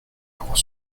pour